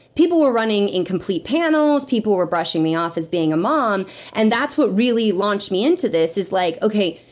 people were running incomplete panels. people were brushing me off as being a mom and that's what really launched me into this, is like, okay,